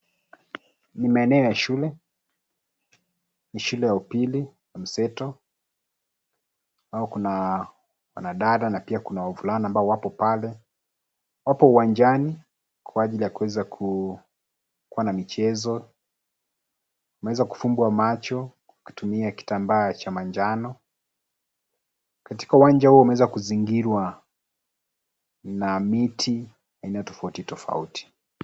Ni maeneo ya shule. Ni shule ya upili ya mseto. Ambao kuna wanadada na pia kuna wavulana ambao wako pale. Wapo uwanjani kwa ajili ya kuweza kuwa na michezo. Wameweza kufumbwa macho kwa kutumia kitambaa cha manjano. Katika uwanja huu wameweza kuzingirwa na miti aina tofauti, tofauti.